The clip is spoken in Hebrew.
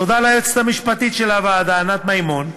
תודה ליועצת המשפטית של הוועדה ענת מימון,